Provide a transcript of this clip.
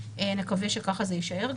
נקווה שכך זה יישאר,